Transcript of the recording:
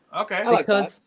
Okay